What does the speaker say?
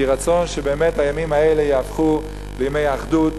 יהי רצון שהימים האלה יהפכו לימי אחדות,